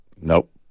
Nope